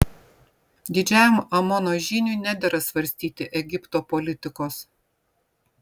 didžiajam amono žyniui nedera svarstyti egipto politikos